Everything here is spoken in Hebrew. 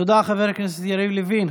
תודה, חבר הכנסת יריב לוין.